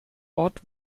ort